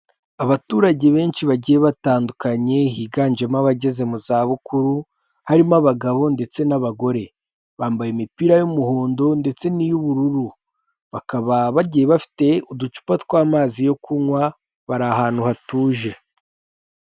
Abaturage benshi bagiye batandukanye higanjemo abageze mu zabukuru, harimo abagabo ndetse n'abagore bambaye imipira y'umuhondo ndetse n'iy'ubururu, bakaba bagiye bafite uducupa tw'amazi yo kunywa bari ahantu hatuje.